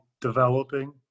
developing